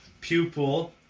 pupil